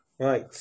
Right